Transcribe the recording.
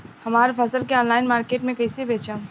हमार फसल के ऑनलाइन मार्केट मे कैसे बेचम?